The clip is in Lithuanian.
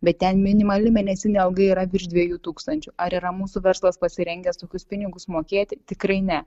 bet ten minimali mėnesinė alga yra virš dviejų tūkstančių ar yra mūsų verslas pasirengęs tokius pinigus mokėti tikrai ne